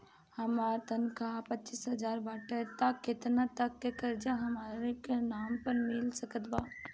हमार तनख़ाह पच्चिस हज़ार बाटे त केतना तक के कर्जा हमरा नाम पर मिल सकत बा?